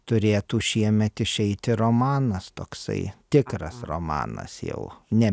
turėtų šiemet išeiti romanas toksai tikras romanas jau ne